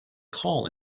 call